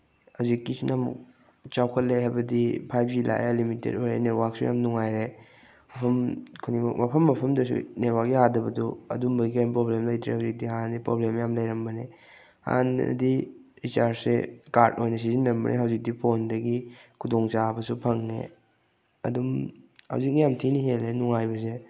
ꯍꯧꯖꯤꯛꯀꯤꯁꯤꯅ ꯑꯃꯨꯛ ꯆꯥꯎꯈꯠꯂꯦ ꯍꯥꯏꯕꯗꯤ ꯐꯥꯏꯚ ꯖꯤ ꯂꯥꯛꯑꯦ ꯂꯤꯃꯤꯇꯦꯠ ꯑꯣꯏꯔꯦ ꯅꯦꯠꯋꯥꯛꯁꯨ ꯌꯥꯝ ꯅꯨꯡꯉꯥꯏꯔꯦ ꯃꯐꯝ ꯈꯨꯗꯤꯡꯃꯛ ꯃꯐꯝ ꯃꯐꯝꯗꯁꯨ ꯅꯦꯠꯋꯥꯛ ꯇꯥꯗꯕꯗꯨ ꯑꯗꯨꯝꯕꯒꯤ ꯀꯔꯤꯝꯇ ꯄ꯭ꯔꯣꯕ꯭ꯂꯦꯝ ꯂꯩꯇ꯭ꯔꯦ ꯍꯧꯖꯤꯛꯇꯤ ꯍꯥꯟꯅꯗꯤ ꯄ꯭ꯔꯣꯕ꯭ꯂꯦꯝ ꯌꯥꯝ ꯂꯩꯔꯝꯕꯅꯤ ꯍꯥꯟꯅꯗꯤ ꯔꯤꯆꯥꯔꯖꯁꯦ ꯀꯥꯔꯠ ꯑꯣꯏꯅ ꯁꯤꯖꯤꯟꯅꯔꯝꯕꯅꯦ ꯍꯧꯖꯤꯛꯇꯤ ꯐꯣꯟꯗꯒꯤ ꯈꯨꯗꯣꯡꯆꯥꯕꯁꯨ ꯐꯪꯉꯦ ꯑꯗꯨꯝ ꯍꯧꯖꯤꯛꯅ ꯌꯥꯝ ꯊꯤꯅ ꯍꯦꯜꯂꯦ ꯅꯨꯡꯉꯥꯏꯕꯁꯦ